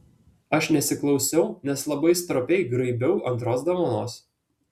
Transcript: aš nesiklausiau nes labai stropiai graibiau antros dovanos